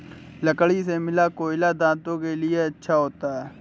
लकड़ी से मिला कोयला दांतों के लिए भी अच्छा होता है